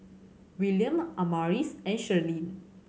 William Amaris and Shirlene